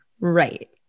Right